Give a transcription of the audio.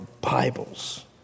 Bibles